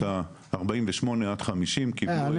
הארבעים ושמונה עד חמישים --- לא,